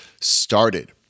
started